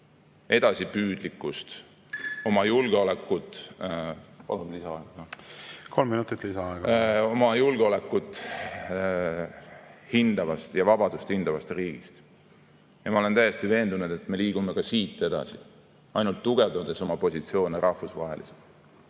Elagu Eesti! Elagu Ukraina! … hindavast ja vabadust hindavast riigist. Ja ma olen täiesti veendunud, et me liigume siit edasi, ainult tugevdades oma positsioone rahvusvaheliselt.